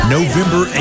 November